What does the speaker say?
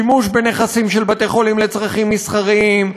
שימוש בנכסים של בתי-חולים לצרכים מסחריים,